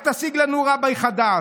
יציג את הצעת החוק השר עיסאווי פריג'.